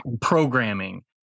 programming